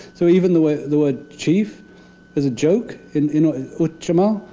so even the word the word chief is a joke in in ah utshimau.